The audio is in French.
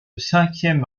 cinquième